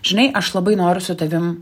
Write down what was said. žinai aš labai noriu su tavim